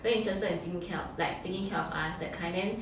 very interested in like taking care of us that kind